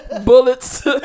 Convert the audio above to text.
Bullets